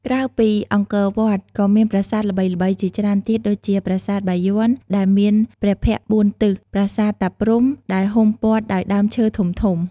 ក្រៅពីអង្គរវត្ត ក៏មានប្រាសាទល្បីៗជាច្រើនទៀតដូចជា ប្រាសាទបាយ័នដែលមានព្រះភ័ក្ត្របួនទិស ប្រាសាទតាព្រហ្មដែលហ៊ុំព័ទ្ធដោយដើមឈើធំៗ។